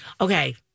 Okay